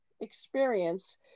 experience